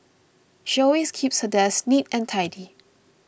she always keeps her desk neat and tidy